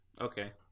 okay